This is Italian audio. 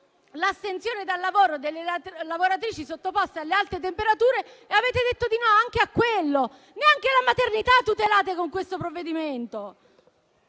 l'astensione dal lavoro delle lavoratrici sottoposte alle alte temperature e avete detto di no anche a quello: neanche la maternità tutelate con questo provvedimento.